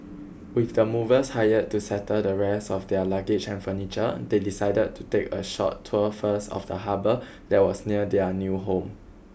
with the movers hired to settle the rest of their luggage and furniture they decided to take a short tour first of the harbor that was near their new home